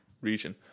region